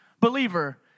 believer